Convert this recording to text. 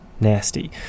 nasty